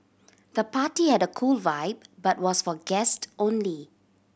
the party had a cool vibe but was for guest only